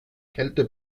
kälte